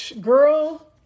Girl